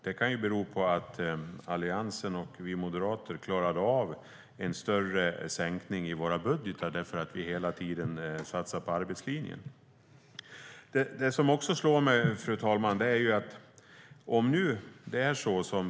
Det kan bero på att Alliansen och vi moderater klarade av en större sänkning i vår budget därför att vi hela tiden satsar på arbetslinjen. Fru talman!